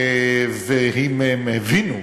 ואם הם הבינו,